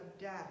death